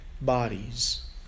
bodies